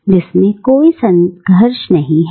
और इसमें कोई संघर्ष नहीं है